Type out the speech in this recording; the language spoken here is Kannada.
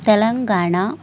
ತೆಲಂಗಾಣ